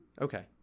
okay